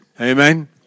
Amen